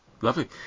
Lovely